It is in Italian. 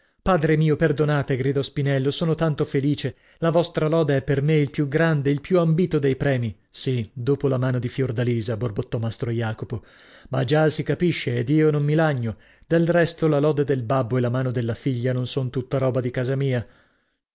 padre mio perdonate gridò spinello sono tanto felice la vostra lode è per me il più grande il più ambito dei premi sì dopo la mano di fiordalisa borbottò mastro jacopo ma già si capisce ed io non mi lagno del resto la lode del babbo e la mano della figlia non son tutta roba di casa mia